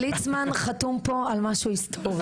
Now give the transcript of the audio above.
ליצמן חתום פה על משהו היסטורי.